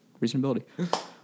reasonability